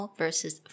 versus